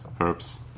herbs